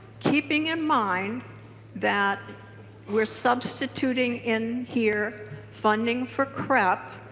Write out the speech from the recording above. keeping in mind that we are substituting in here funding for crep